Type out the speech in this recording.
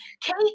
Kate